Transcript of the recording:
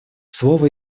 слово